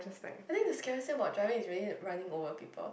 I think the scariest thing about driving is really running over people